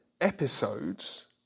episodes